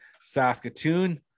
Saskatoon